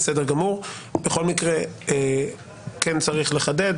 כן צריך לחדד,